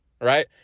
right